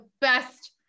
best